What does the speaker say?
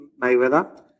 Mayweather